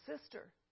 sister